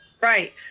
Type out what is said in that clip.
Right